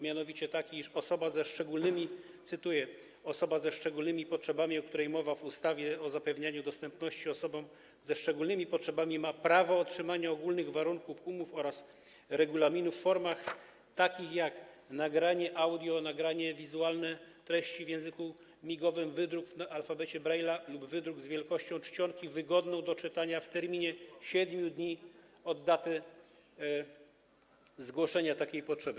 Mianowicie osoba ze szczególnymi - cytuję - potrzebami, o której mowa w ustawie o zapewnianiu dostępności osobom ze szczególnymi potrzebami, ma prawo otrzymania ogólnych warunków umów oraz regulaminów w formach takich, jak: nagranie audio, nagranie wizualne treści w języku migowym, wydruk w alfabecie Braille’a lub wydruk z wielkością czcionki wygodną do czytania, w terminie 7 dni od daty zgłoszenia takiej potrzeby.